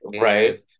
right